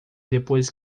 depois